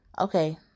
Okay